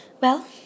Well